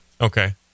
Okay